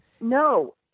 No